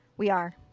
we are.